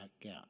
gap